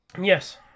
yes